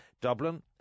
Dublin